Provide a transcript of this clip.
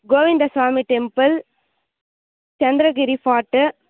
Govindaswamy temple Chandragiri fort